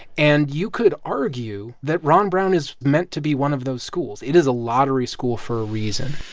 and you could argue that ron brown is meant to be one of those schools. it is a lottery school for a reason